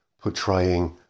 portraying